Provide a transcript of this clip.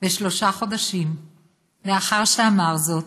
ושלושה חודשים לאחר שאמר זאת,